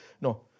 No